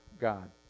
God